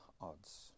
odds